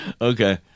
okay